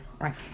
right